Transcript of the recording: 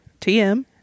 TM